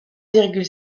virgule